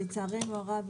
לצערנו הרב,